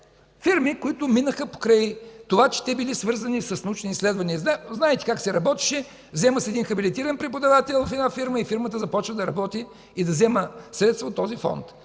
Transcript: фирми, които минаха покрай това, че тези били свързани с научни изследвания. Знаете как се работеше – взема се един хабилитиран преподавател в една фирма и фирмата започва да работи и да взема средства от този фонд.